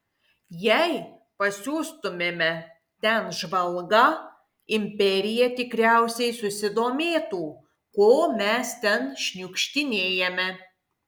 jei pasiųstumėme ten žvalgą imperija tikriausiai susidomėtų ko mes ten šniukštinėjame